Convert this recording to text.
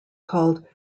called